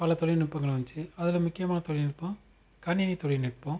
பல தொழில்நுட்பங்கள் வந்துச்சு அதில் முக்கியமான தொழில்நுட்பம் கணினி தொழில்நுட்பம்